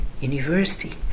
university